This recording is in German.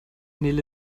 nele